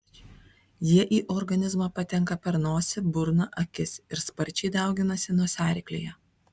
jie į organizmą patenka per nosį burną akis ir sparčiai dauginasi nosiaryklėje